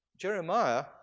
Jeremiah